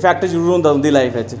effect जरूर होंदे उं'दी लाइफ च